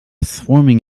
swarming